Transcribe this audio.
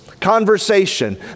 conversation